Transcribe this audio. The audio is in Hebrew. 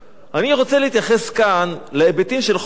אני רוצה להתייחס כאן להיבטים של חוק טל,